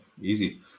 easy